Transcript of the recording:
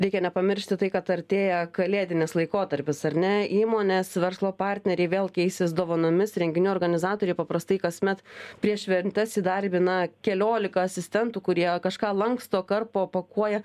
reikia nepamiršti tai kad artėja kalėdinis laikotarpis ar ne įmonės verslo partneriai vėl keisis dovanomis renginių organizatoriai paprastai kasmet prieš šventes įdarbina keliolika asistentų kurie kažką lanksto karpo pakuoja